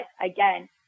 again